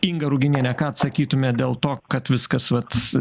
inga ruginiene ką sakytumėt dėl to kad viskas vat